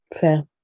Fair